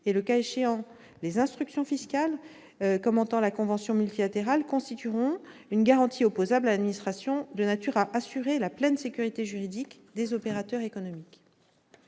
et, le cas échéant, les instructions fiscales commentant la convention multilatérale constitueront une garantie opposable à l'administration de nature à assurer la pleine sécurité juridique des opérateurs économiques.